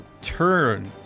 turn